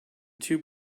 tube